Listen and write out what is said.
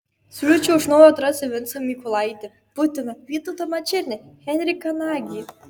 siūlyčiau iš naujo atrasti vincą mykolaitį putiną vytautą mačernį henriką nagį